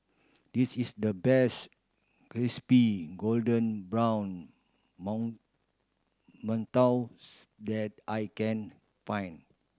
this is the best crispy golden brown mantous that I can find